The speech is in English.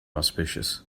auspicious